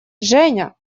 женя